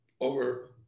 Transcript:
over